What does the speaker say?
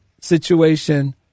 situation